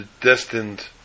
destined